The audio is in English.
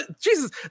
Jesus